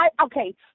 okay